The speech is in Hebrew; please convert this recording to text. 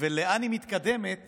ולאן היא מתקדמת